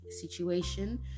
situation